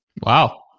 Wow